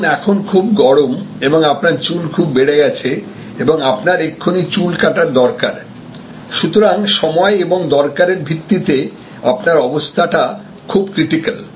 ধরুন এখন খুব গরম এবং আপনার চুল খুব বেড়ে গেছে এবং আপনার এক্ষুনি চুল কাটার দরকার সুতরাং সময় এবং দরকারে ভিত্তিতে আপনার অবস্থাটা খুব ক্রিটিক্যাল